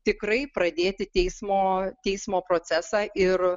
tikrai pradėti teismo teismo procesą ir